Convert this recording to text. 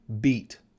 beat